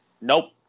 Nope